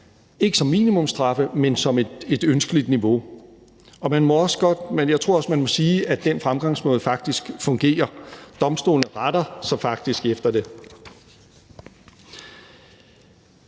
ikke som minimumsstraffe, men som et ønskeligt niveau. Og jeg tror også, man må sige, at den fremgangsmåde faktisk fungerer. Domstolene retter sig faktisk efter det.